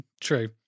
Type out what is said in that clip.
true